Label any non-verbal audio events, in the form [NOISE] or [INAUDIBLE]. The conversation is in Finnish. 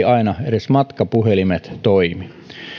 [UNINTELLIGIBLE] aina edes matkapuhelimet toimi